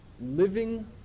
living